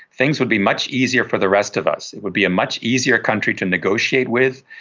things would be much easier for the rest of us. it would be a much easier country to negotiate with,